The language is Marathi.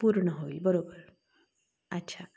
पूर्ण होईल बरोबर अच्छा